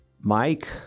Mike